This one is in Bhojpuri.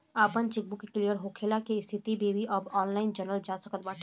आपन चेकबुक के क्लियर होखला के स्थिति भी अब ऑनलाइन जनल जा सकत बाटे